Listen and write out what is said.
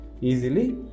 easily